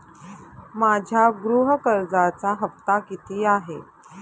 माझ्या गृह कर्जाचा हफ्ता किती आहे?